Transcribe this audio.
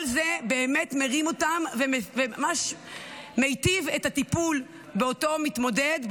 כל זה באמת מרים אותו וממש מיטיב את הטיפול באותו מתמודד,